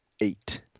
eight